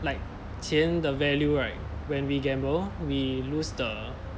like 钱的 value right when we gamble we lose the